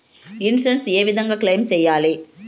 Insurance ఏ విధంగా claim సేయాలి?